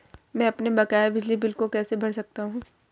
मैं अपने बकाया बिजली बिल को कैसे भर सकता हूँ?